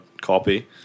copy